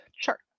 chart